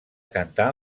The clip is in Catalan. cantar